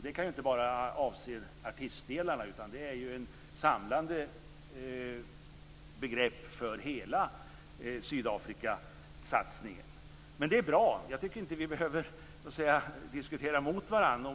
Det kan inte bara avse artistdelarna, utan det är ett samlande begrepp för hela Sydafrikasatsningen. Jag tycker inte att vi behöver polemisera mot varandra.